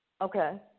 Okay